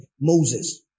Moses